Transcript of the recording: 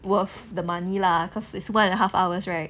worth the money lah cause is one and a half hours right